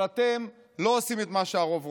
אבל אתם לא עושים את מה שהרוב רוצה.